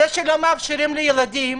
לא מאפשרים לילדים